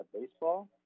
baseball